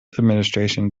administration